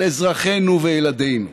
על אזרחינו וילדינו.